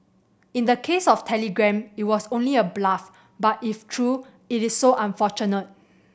in the case of Telegram it was only a bluff but if true it is so unfortunate